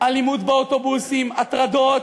אלימות באוטובוסים, הטרדות.